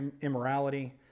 immorality